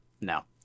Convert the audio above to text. No